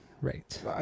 Right